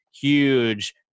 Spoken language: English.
huge